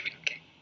okay